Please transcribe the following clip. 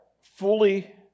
fully